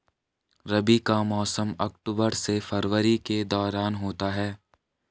रबी का मौसम अक्टूबर से फरवरी के दौरान होता है